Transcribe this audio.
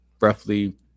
roughly